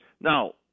Now